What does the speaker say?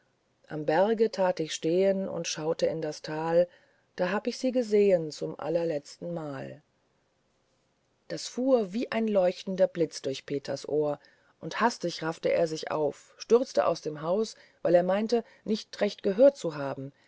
am berge tat ich stehen und schaute in das tal da hab ich sie gesehen zum allerletztenmal das fuhr wie ein leuchtender blitz durch peters ohr und hastig raffte er sich auf stürzte aus dem haus weil er meinte nicht recht gehört zu haben